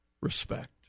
respect